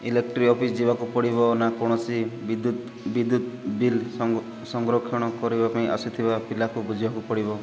electric office ଯିବାକୁ ପଡ଼ିବ ନା କୌଣସି ବିଦ୍ୟୁତ୍ ବିଦ୍ୟୁତ୍ ବିଲ୍ ସଂ ସଂରକ୍ଷଣ କରିବା ପାଇଁ ଆସିଥିବା ପିଲାକୁ ବୁଝିବାକୁ ପଡ଼ିବ